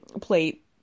plate